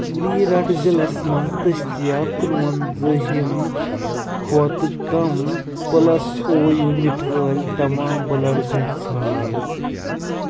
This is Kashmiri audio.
میٖرَٹھ ضِلعس مَنٛز دٔستیاب کُنؤنٛزاہِم کھۄتہٕ کم پُلس او یوٗنِٹ وٲلۍ تمام بُلَڈ بینک ژھار